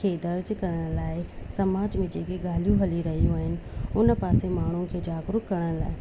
खे दर्ज करण लाइ समाज में जेकी ॻाल्हियूं हली रहियूं आहिनि उन पासे माण्हुनि खे जागरुक करण लाइ